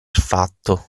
fatto